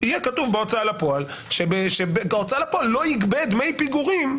יהיה כתוב שההוצאה לפועל לא תגבה דמי פיגורים,